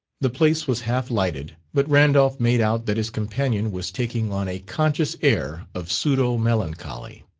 the place was half-lighted, but randolph made out that his companion was taking on a conscious air of pseudo-melancholy.